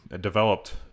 developed